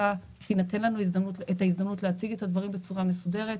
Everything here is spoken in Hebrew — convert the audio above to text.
תינתן לנו את ההזדמנות להציג את הדברים בצורה מסודרת,